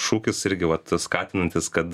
šūkis irgi vat skatinantis kad